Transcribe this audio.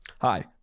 Hi